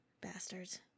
bastards